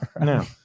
No